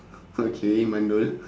okay mandul